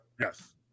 Yes